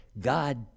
God